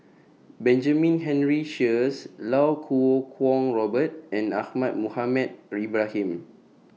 Benjamin Henry Sheares Lau Kuo Kwong Robert and Ahmad Mohamed Ibrahim